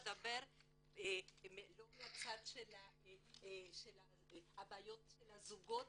אדבר לא מהצד של הבעיות של הזוגות,